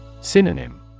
Synonym